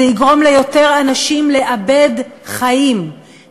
זה יגרום ליותר אנשים לאבד חיים,